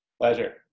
Pleasure